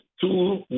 two